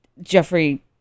Jeffrey